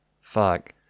Fuck